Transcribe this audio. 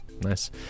Nice